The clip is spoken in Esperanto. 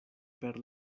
per